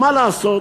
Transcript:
מה לעשות,